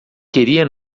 queria